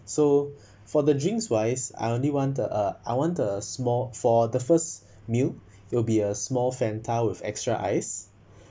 so for the drinks wise I only want the uh I want a small for the first meal there will be a small fanta with extra ices